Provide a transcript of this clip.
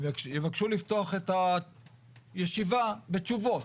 הם יבקשו לפתוח את הישיבה בתשובות